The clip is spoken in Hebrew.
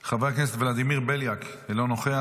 חבר כנסת ולדימיר בליאק, אינו נוכח.